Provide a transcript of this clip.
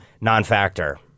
non-factor